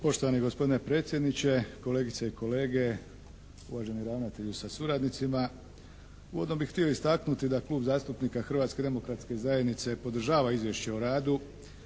Poštovani gospodine predsjedniče, kolegice i kolege, uvaženi ravnatelju sa suradnicima! Uvodno bih htio istaknuti da Klub zastupnika Hrvatske demokratske zajednice podržava izvješće o radu